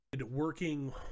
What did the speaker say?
working